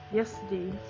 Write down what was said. yesterday